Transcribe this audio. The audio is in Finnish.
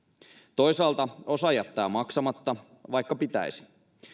toisaalta osa jättää maksamatta vaikka pitäisi